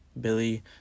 billy